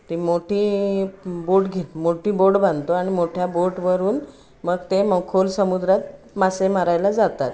ती मोठी बोट घेत मोठी बोट बांधतो आणि मोठ्या बोटवरून मग ते मग खोल समुद्रात मासे मारायला जातात